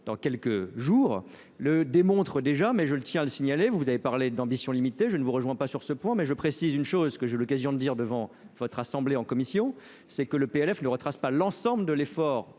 dans quelques jours le démontrent déjà mais je tiens à le signaler, vous avez parlé d'ambition limitée, je ne vous rejoins pas sur ce point mais je précise une chose que j'ai l'occasion de dire devant votre assemblée en commission, c'est que le PLF ne retrace pas l'ensemble de l'effort